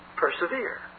persevere